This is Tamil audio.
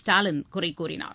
ஸ்டாலின் குறை கூறினார்